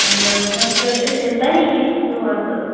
نا حظ نا کیاہ حظ أسۍ حظ تۄہی نِش چھِ سُوان تہٕ